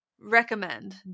recommend